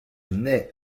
naît